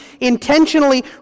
intentionally